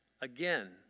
again